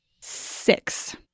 six